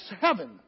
heaven